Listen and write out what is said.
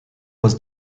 was